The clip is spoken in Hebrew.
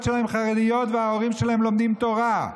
שלהם חרדיות וההורים שלהם לומדים תורה.